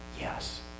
Yes